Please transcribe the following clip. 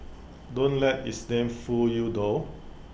don't let its name fool you though